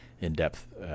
in-depth